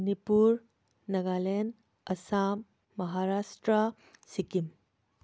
Manipur Nagaland Assam Maharashtra Sikkim